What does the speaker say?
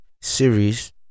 series